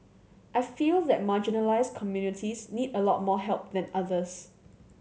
I feel that marginalised communities need a lot more help than others